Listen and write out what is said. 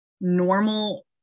normal